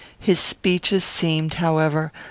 his speeches seemed, however,